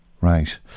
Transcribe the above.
Right